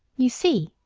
you see,